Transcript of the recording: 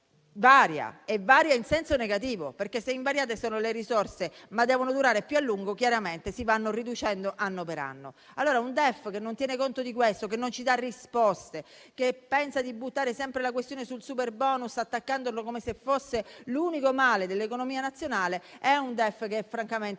e il PIL varia in senso negativo, perché, se invariate sono le risorse, ma devono durare più a lungo, chiaramente si vanno riducendo anno per anno. Allora, un DEF che non tiene conto di questo, che non ci dà risposte, che pensa di buttare sempre la questione sul superbonus, attaccandolo come se fosse l'unico male dell'economia nazionale, è veramente